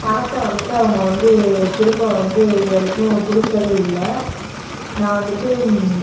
பணத்தை வந்துட்டு அவங்க வந்து திரும்ப வந்து இது வரைக்கும் கொடுக்கவே இல்லை நான் வந்துட்டு